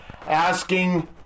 Asking